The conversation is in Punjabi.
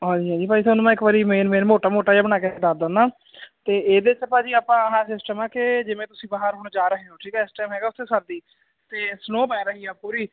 ਹਾਂਜੀ ਹਾਂਜੀ ਭਾਅ ਜੀ ਥੋਨੂੰ ਮੈਂ ਇੱਕ ਵਾਰੀ ਮੇਨ ਮੇਨ ਮੋਟਾ ਮੋਟਾ ਜਿਹਾ ਬਣਾ ਕੇ ਦੱਸ ਦਿੰਨਾ ਤੇ ਇਹਦੇ ਤੇ ਭਾਅ ਜੀ ਆਪਾਂ ਆਹਾ ਸਿਸਟਮ ਆ ਕਿ ਜਿਵੇਂ ਤੁਸੀਂ ਬਾਹਰ ਹੁਣ ਜਾ ਰਹੇ ਹੋ ਠੀਕ ਆ ਐਸ ਟਾਈਮ ਹੈਗਾ ਸਰਦੀ ਤੇ ਸਨੋਅ ਪੈ ਰਹੀ ਆ ਪੂਰੀ